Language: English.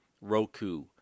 Roku